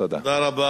תודה.